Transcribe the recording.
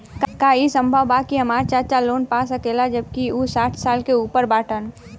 का ई संभव बा कि हमार चाचा लोन पा सकेला जबकि उ साठ साल से ऊपर बाटन?